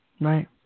Right